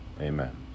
Amen